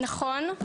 נכון.